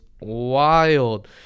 wild